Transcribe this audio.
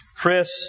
Chris